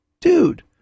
dude